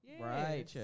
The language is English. Right